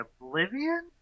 Oblivion